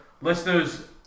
Listeners